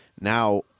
now